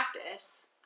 practice